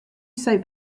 soap